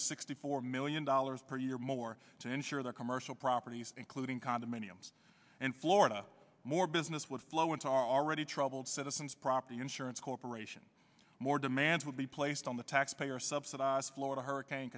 sixty four million dollars per year more to ensure their commercial properties including condominiums and florida more business would flow into our already troubled citizens property insurance corp more demands will be placed on the taxpayer subsidized florida hurricane